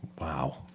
Wow